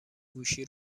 گوشی